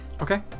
Okay